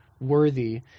worthy